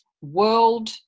world